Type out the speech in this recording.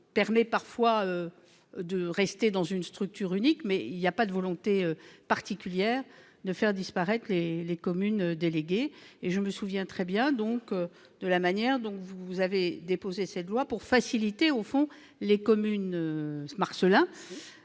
permet parfois de rester dans une structure unique. Il n'y a toutefois aucune volonté particulière de faire disparaître les communes déléguées. Je me souviens très bien de la manière dont vous avez déposé ce texte pour faciliter l'entrée des communes « Marcellin